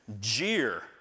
jeer